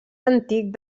antic